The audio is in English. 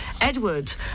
Edward